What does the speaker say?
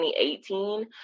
2018